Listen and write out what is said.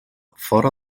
fora